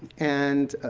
and